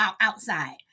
outside